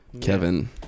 Kevin